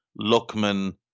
Luckman